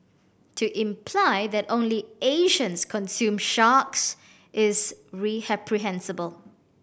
to imply that only Asians consume sharks is